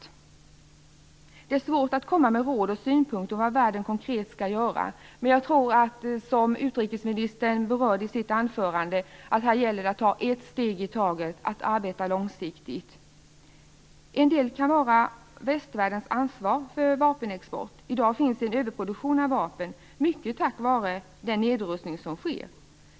Det är svårt att komma med råd och synpunkter om vad omvärlden konkret skall göra. Som utrikesministern sade i sitt anförande gäller det att ta ett steg i taget och att arbeta långsiktigt. En del kan vara västvärldens ansvar vid vapenexport. I dag finns en överproduktion av vapen, mycket tack vare den nedrustning som sker.